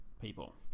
people